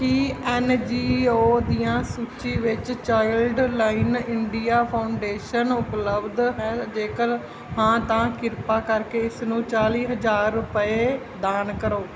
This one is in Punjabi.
ਕੀ ਐੱਨ ਜੀ ਓ ਦੀਆਂ ਸੂਚੀ ਵਿੱਚ ਚਾਈਲਡਲਾਈਨ ਇੰਡੀਆ ਫਾਉਂਡੇਸ਼ਨ ਉਪਲਬਧ ਹੈ ਜੇਕਰ ਹਾਂ ਤਾਂ ਕਿਰਪਾ ਕਰਕੇ ਇਸ ਨੂੰ ਚਾਲੀ ਹਜ਼ਾਰ ਰੁਪਏ ਦਾਨ ਕਰੋ